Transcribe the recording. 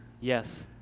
Yes